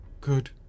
Good